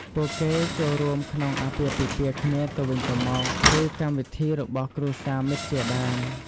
ពួកគេចូលរួមក្នុងអាពាហ៍ពិពាហ៍គ្នាទៅវិញទៅមក ឬកម្មវិធីរបស់គ្រួសារមិត្តជាដើម។។